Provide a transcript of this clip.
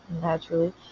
naturally